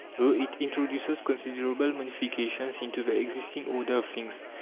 though it introduces considerable modifications into the existing order of things.